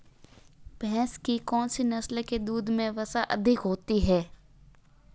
भैंस की कौनसी नस्ल के दूध में वसा अधिक होती है?